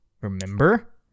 Remember